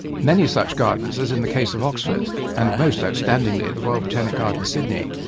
many such gardens, as in the case of oxford and most outstandingly, the royal botanic gardens, sydney,